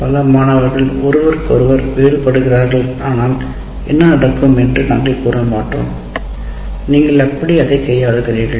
பல மாணவர்கள் ஒருவருக்கொருவர் வேறுபடுகிறார்களானால் என்ன நடக்கும் என்று நாங்கள் கூற மாட்டோம் நீங்கள் எப்படி அதை கையாளுகிறீர்கள்